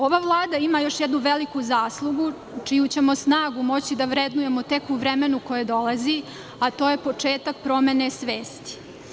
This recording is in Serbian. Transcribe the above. Ova vlada ima još jednu veliku zaslugu čiju ćemo snagu moći da vrednujemo tek u vremenu koje dolazi, a to je početak promene svesti.